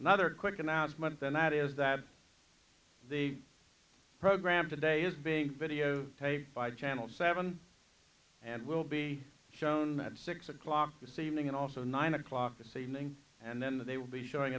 another quick announcement and that is that the program today is being video channel seven and will be shown at six o'clock this evening and also nine o'clock this evening and then they will be showing